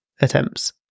attempts